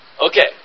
Okay